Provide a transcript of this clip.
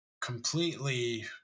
completely